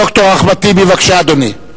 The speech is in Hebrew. ד"ר אחמד טיבי, בבקשה, אדוני.